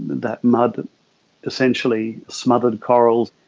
that mud essentially smothered corals.